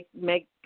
make